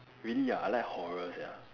really ah I like horror sia